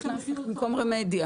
במקום רמדיה.